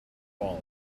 quality